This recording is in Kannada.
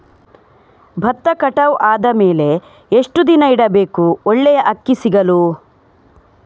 ಭತ್ತ ಕಟಾವು ಆದಮೇಲೆ ಎಷ್ಟು ದಿನ ಇಡಬೇಕು ಒಳ್ಳೆಯ ಅಕ್ಕಿ ಸಿಗಲು?